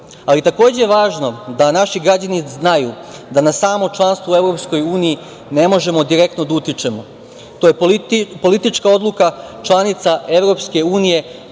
je takođe važno da naši građani znaju da na samo članstvo u EU ne možemo direktno da utičemo. To je politička odluka članica EU,